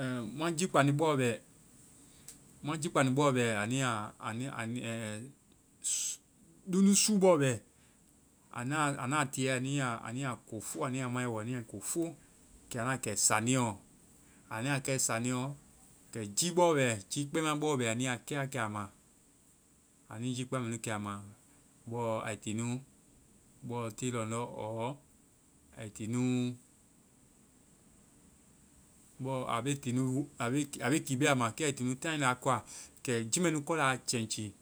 ɛɛ mua jikpandi bɔ bɛ-mua jikpandi bɔ bɛ, anua-anu ɛ ɛ-suu. Luŋdusuu bɔ bɛ. Anda-anda tiiɛe, anu ya ko fo. Anu ya maibɔ. Anu ya ko fo. Kɛ anda kɛ saaniiɛɔ. Anda kɛe saaniiɛɔ, kɛ jii bɔ bɛ-jii kpɛma bɔ bɛ anu ya kɛ wa kɛ a ma. Anu jii kpɛma mɛ nu kɛ a ma. Bɔɔ ai ki nu bɔ te lɔŋdɔ ai ti nu bɔɔ a be ki nu-a be ki bɛ a ma. Kɛ ai to nu taŋ la koa. Kɛ jii mɛ nu kɔla a chɛŋchi.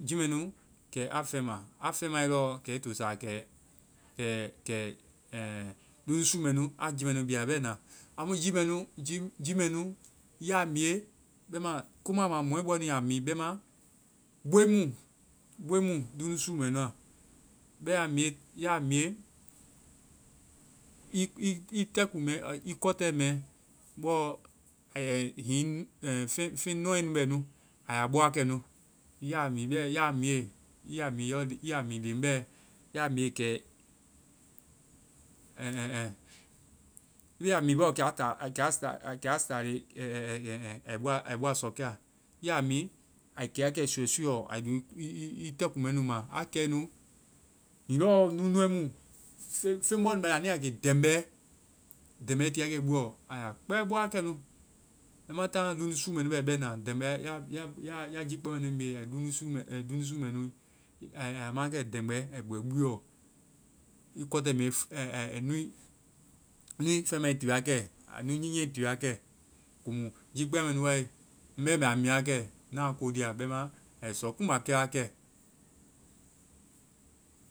Jii mɛ nu kɛ a feŋma. A feŋmae lɔɔ kɛ i to saa kɛ, kɛ kɛ ɛŋ luŋdusuu mɛ nu, a feŋ mɛ nu bia bɛna. Amu jii mɛ nu, jii mɛ nu, ya miie, bɛma, komu a ma mɔɛbɔnu ya mi, bɛma, boi mu, boi mu luŋdusuu mɛ nu a. Bɛma ya miie, ya miie, i tɛkuu mɛ, i kɔtɛ mɛ. Ɛɛ hiŋi feŋ-feŋ nɔe nu bɛ nu. A ya bɔ wakɛ nu. I ya mii bɛ. Ya miie, i ya miie i yɔ- i ya mii leŋ bɛ. Ya miie kɛ, ɛŋ, ɛŋ, ɛŋ. I be a mii lɔ kɛ a ta staale. Ai bɔa sɔkɛa. I ya mi ai ke wa kɛ i suuɛ suuɛ ɔ. Ai loŋ i tɛkuu mɛ nu nu ma. Yaa kɛe nu, hiŋi lɔɔ nu, feŋ bɔ nu bɛ au ya ke dɛmgbɛ. dɛmgbɛ tii wa kɛ i buɔ, a ya kpɛ bɔ wa kɛ nu. Lamataaŋ na luŋdusuu mɛ nu bɛ bɛna, dɛmgbɛ, ya, ya jii kpɛma mɛ nu miie, luŋdusuu mɛ nu. Aya ma wa kɛ dɛmgbɛ bɔ i buɔ. I kɔtɛ mɛ ɛ ɛ ɛ nu, nui feŋmae ti wa kɛ. A nu nyɛne ti wa kɛ. Komu jii kpɛma mɛ nu wae, ŋ bɛ mɛ a mi wa kɛ. Na ko lia bɛma ai sɔ kumba kɛ wa kɛ.